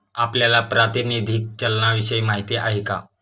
आपल्याला प्रातिनिधिक चलनाविषयी माहिती आहे का?